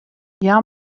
hja